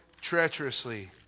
treacherously